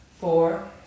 four